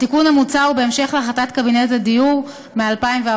התיקון המוצע הוא בהמשך להחלטת קבינט הדיור מ-2014.